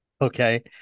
Okay